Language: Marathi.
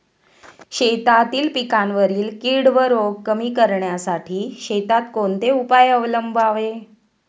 शेतातील पिकांवरील कीड व रोग कमी करण्यासाठी शेतात कोणते उपाय अवलंबावे?